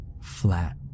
flat